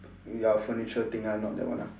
ya furniture thing ah not that one ah